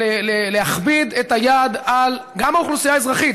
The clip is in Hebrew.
ולהכביד את היד גם על האוכלוסייה האזרחית.